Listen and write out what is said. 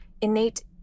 innate